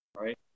right